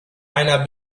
einer